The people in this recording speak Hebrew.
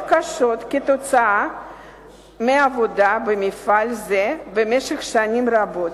קשות כתוצאה מעבודה במפעל זה במשך שנים רבות,